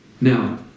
Now